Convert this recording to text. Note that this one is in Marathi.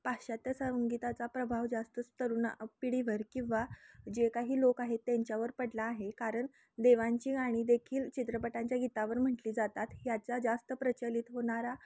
पाश्चात्य संगीताचा प्रभाव जास्त तरुण पिढीवर किंवा जे काही लोक आहेत त्यांच्यावर पडला आहे कारण देवांची गाणी देखील चित्रपटांच्या गीतावर म्हटली जातात ह्याचा जास्त प्रचलित होणारा